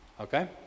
Okay